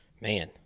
man